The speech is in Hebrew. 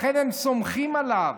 לכן הם סומכים עליו.